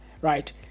right